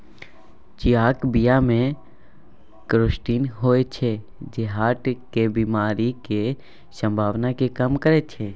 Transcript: चियाक बीया मे क्वरसेटीन होइ छै जे हार्टक बेमारी केर संभाबना केँ कम करय छै